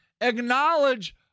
acknowledge